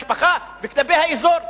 כלפי המשפחה וכלפי האזור,